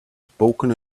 spoken